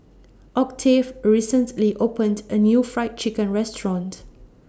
Octave recently opened A New Fried Chicken Restaurant